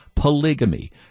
Polygamy